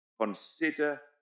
Consider